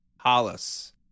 Hollis